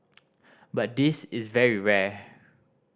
but this is very rare